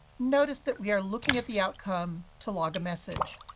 notice that we are looking at the outcome to log a message.